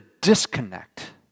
disconnect